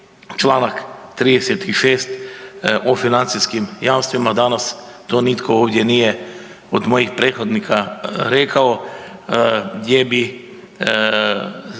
čl. 36. o financijskim jamstvima danas to nitko ovdje nije od mojih prethodnika rekao gdje bi